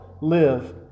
live